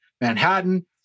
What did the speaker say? Manhattan